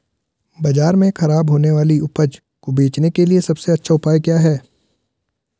बाजार में खराब होने वाली उपज को बेचने के लिए सबसे अच्छा उपाय क्या हैं?